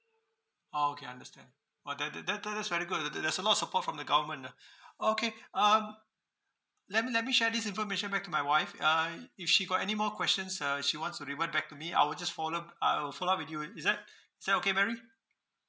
oh okay understand oh that that that that that's very good ah there there's a lot of support from the government ah okay um let me let me share this information back to my wife uh it if she got any more questions uh she wants to revert back to me I will just follow p~ uh I will follow up with you it is that is that okay mary